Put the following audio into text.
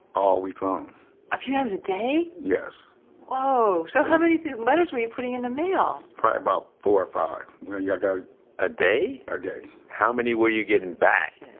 all week long few times a day! yes whoa. so how many letters were you putting in the mail? probably about four or five. i you know yeah got a day? a day how many were you getting back?